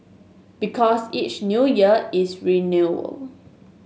because each New Year is renewal